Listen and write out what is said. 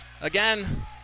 again